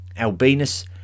Albinus